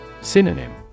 Synonym